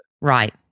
Right